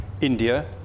India